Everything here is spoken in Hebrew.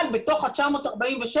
אבל בתוך ה-947,